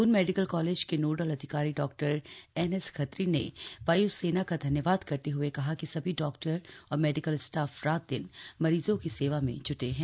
द्रन medical college के nodal अधिकारी डॉ एनएस खत्री ने वाय्सेना का धन्यवाद करते हुए कहा कि सभी डॉक्टर और मेडिकल स्टाफ रात दिन मरीजों की सेवा में ज्टे हैं